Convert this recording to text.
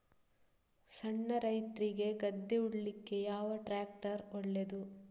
ಸಣ್ಣ ರೈತ್ರಿಗೆ ಗದ್ದೆ ಉಳ್ಳಿಕೆ ಯಾವ ಟ್ರ್ಯಾಕ್ಟರ್ ಒಳ್ಳೆದು?